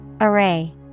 Array